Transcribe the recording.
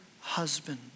husband